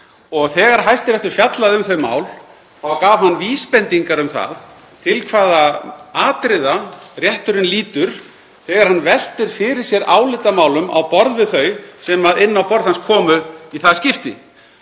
Þegar Hæstiréttur fjallaði um þau mál gaf hann vísbendingar um það til hvaða atriða rétturinn lítur þegar hann veltir fyrir sér álitamálum á borð við þau sem inn á borð hans komu í það skipti.